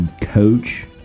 coach